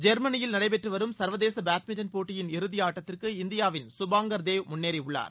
ஜெர்மனியில் நடைபெற்றுவரும் சா்வதேச பேட்மின்டன் போட்டியின் இறுதியாட்டத்திற்கு இந்தியாவின் சுபாங்கள் தேவ் முன்னேறியுள்ளார்